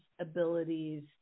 abilities